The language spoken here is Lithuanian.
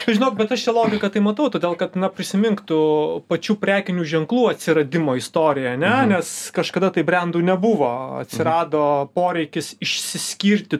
čia žinok bet aš čia logiką tai matau todėl kad na prisimink tų pačių prekinių ženklų atsiradimo istoriją ane nes kažkada tai brendų nebuvo atsirado poreikis išsiskirti